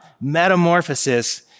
metamorphosis